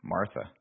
Martha